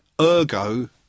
ergo